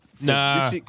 Nah